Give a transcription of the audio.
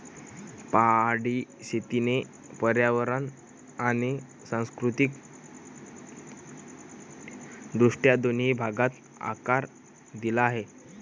पहाडी शेतीने पर्यावरण आणि सांस्कृतिक दृष्ट्या दोन्ही भागांना आकार दिला आहे